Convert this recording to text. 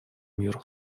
мир